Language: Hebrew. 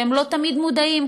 והם לא תמיד מודעים,